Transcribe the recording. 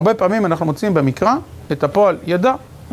הרבה פעמים אנחנו מוצאים במקרא, את הפועל ידע